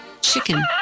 chicken